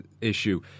issue